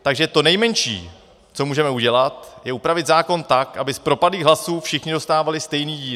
Takže to nejmenší, co můžeme udělat, je upravit zákon tak, aby z propadlých hlasů všichni dostávali stejný díl.